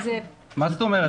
מה זאת אומרת,